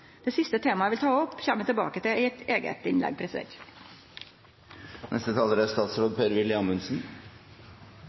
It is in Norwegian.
Det siste temaet eg vil ta opp, kjem eg tilbake til i eit eige innlegg. Samfunnssikkerhet er